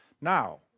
Now